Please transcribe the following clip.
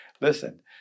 Listen